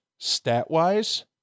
Stat-wise